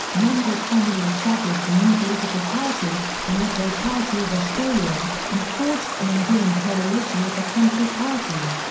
menzies formally established a new political party, the liberal party of australia, and forged an enduring coalition with the country party.